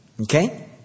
Okay